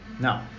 No